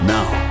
Now